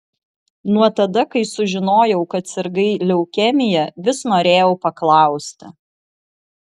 nuo tada kai sužinojau kad sirgai leukemija vis norėjau paklausti